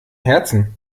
herzen